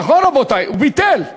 נכון, רבותי, הוא ביטל.